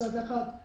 מצד אחד.